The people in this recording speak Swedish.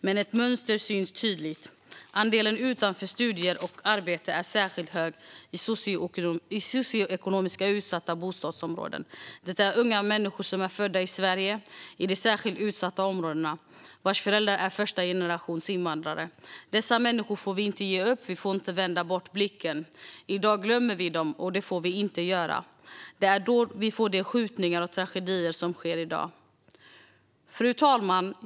Men ett mönster syns tydligt: andelen utanför studier och arbete är särskilt hög i socioekonomiskt utsatta bostadsområden. Det är unga människor som är födda i Sverige i de särskilt utsatta områdena och vars föräldrar är första generationens invandrare. Dessa människor får vi inte ge upp, vi får inte vända bort blicken. I dag glömmer vi dem, men det får vi inte göra. Det är då vi får de skjutningar och de tragedier som sker i dag. Fru talman!